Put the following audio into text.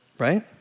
Right